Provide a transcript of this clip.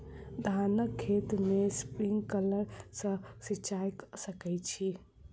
धानक खेत मे स्प्रिंकलर सँ सिंचाईं कऽ सकैत छी की?